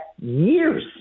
years